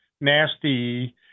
nasty